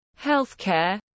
healthcare